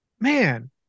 man